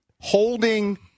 holding